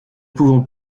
pouvons